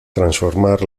transformar